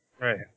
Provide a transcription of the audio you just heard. Right